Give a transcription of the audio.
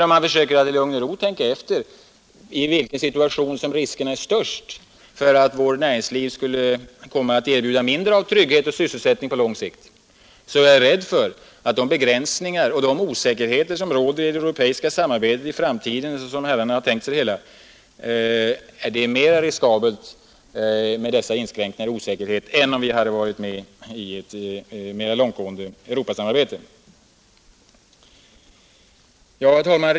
Om man i lugn och ro försöker tänka efter i vilken situation riskerna är störst för att vårt näringsliv på lång sikt skulle komma att erbjuda mindre av trygghet och sysselsättning, så är jag rädd för att de begränsningar och de osäkerheter som råder i fråga om det europeiska samarbetet i framtiden — så som herrarna har tänkt sig det hela — utgör större risker än de som förelegat i ett mera långtgående Europasamarbete. Herr talman!